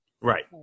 Right